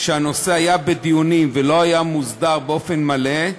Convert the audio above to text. שהנושא היה בדיונים ולא היה מוסדר באופן מלא,